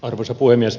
arvoisa puhemies